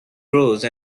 rose